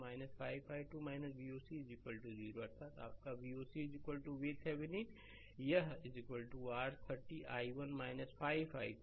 तो 5 i2 Voc कि 0 अर्थात आपका Voc VThevenin यह R30 i1 5 i2